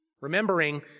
remembering